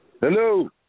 Hello